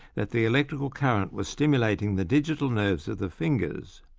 that the electrical current was stimulating the digital nerves of the fingers.